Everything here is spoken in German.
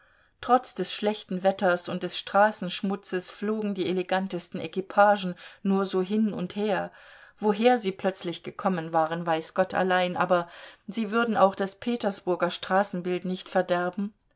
trotz des schlechten wetters und des straßenschmutzes flogen die elegantesten equipagen nur so hin und her woher sie plötzlich gekommen waren weiß gott allein aber sie würden auch das petersburger straßenbild nicht verderben